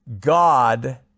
God